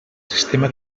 sistema